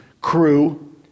crew